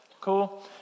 Cool